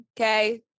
okay